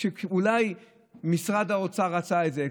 שאולי משרד האוצר רצה את זה,